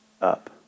up